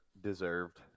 deserved